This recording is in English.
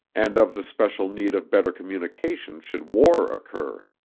and of the especial need of better communication should war occur.